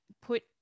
put